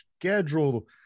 schedule